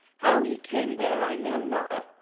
how he came there, i know not,